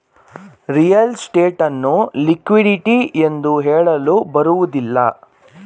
real estate ಅನ್ನು liquidity ಎಂದು ಹೇಳಲು ಬರುವುದಿಲ್ಲ